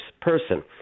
person